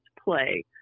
play